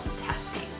testing